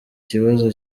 kibazo